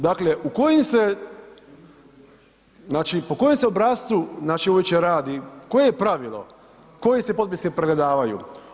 Dakle, u kojim se, znači po kojem se obrascu znači uopće radi, koje je pravilo, koji se potpisi pregledavaju?